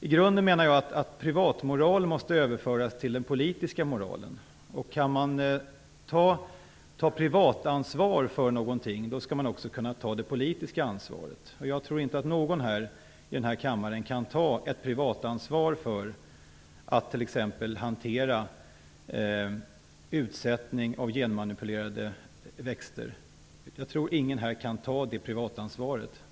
I grunden menar jag att privatmoral måste överföras till den politiska moralen. Kan man ta privatansvar för någonting skall man också kunna ta det politiska ansvaret. Jag tror inte att någon i denna kammare kan ta privatansvar för att t.ex. hantera utsättning av genmanipulerade växter. Jag tror inte att någon här kan ta det privatansvaret.